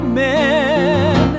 men